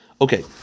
okay